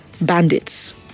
bandits